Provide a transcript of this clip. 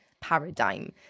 paradigm